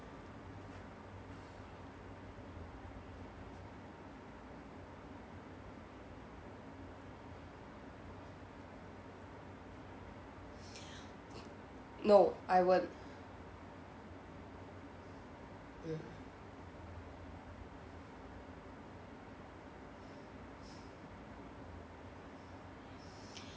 no I won't mm